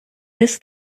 his